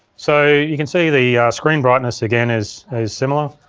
so, you can see the screen brightness again is ah is similar,